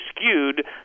skewed